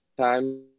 time